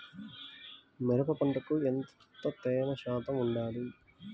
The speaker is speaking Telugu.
మిరప పంటకు ఎంత తేమ శాతం వుండాలి?